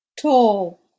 tall